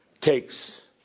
takes